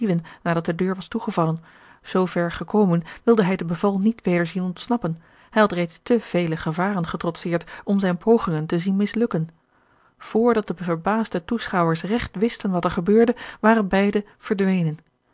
nadat de deur was toegevallen zoo ver gekomen wilde hij de beval niet weder zien ontsnappen hij had reeds te vele gevaren getrotseerd om zijne pogingen te zien mislukken vr dat de verbaasde toeschouwers regt wisten wat er gebeurde waren beide verdwenen